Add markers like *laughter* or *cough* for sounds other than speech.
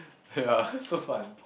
ya *laughs* so fun